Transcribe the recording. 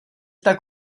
tak